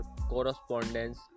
correspondence